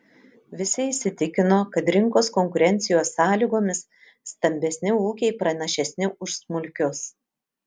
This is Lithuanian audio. visi įsitikino kad rinkos konkurencijos sąlygomis stambesni ūkiai pranašesni už smulkius